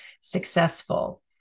successful